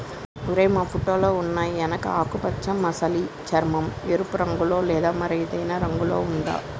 ఓరై మా ఫోటోలో ఉన్నయి ఎనుక ఆకుపచ్చ మసలి చర్మం, ఎరుపు రంగులో లేదా మరేదైనా రంగులో ఉందా